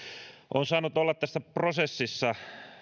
olen saanut olla tässä prosessissa